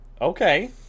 okay